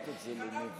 גנב קולות.